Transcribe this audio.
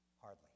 Hardly